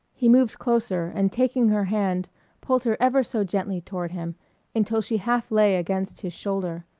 he moved closer and taking her hand pulled her ever so gently toward him until she half lay against his shoulder.